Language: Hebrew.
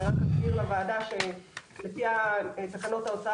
אני רק אזכיר לוועדה שלפי תקנות ההוצאה